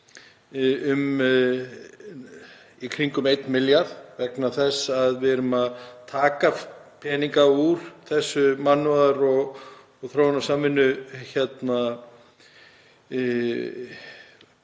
í kringum 1 milljarð, vegna þess að við erum að taka peninga úr þessum mannúðar- og þróunarsamvinnupotti,